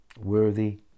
Worthy